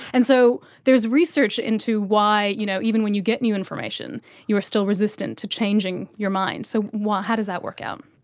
and so there's research into why you know even when you get new information you are still resistant to changing your mind. so how does that work out?